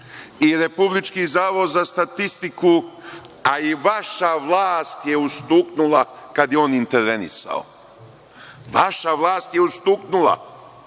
i Republički zavod za statistiku, a i vaša vlast je ustuknula kada je on intervenisao, vaša vlast je ustuknula,